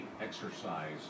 exercise